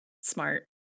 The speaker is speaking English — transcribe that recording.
smart